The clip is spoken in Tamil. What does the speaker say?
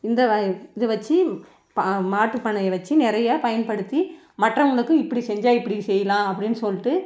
இந்த வய இதை வச்சு பா மாட்டு பண்ணைய வச்சி நிறையா பயன்படுத்தி மற்றவங்களுக்கும் இப்படி செஞ்சால் இப்படி செய்யலாம் அப்படின்னு சொல்லிட்டு